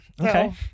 Okay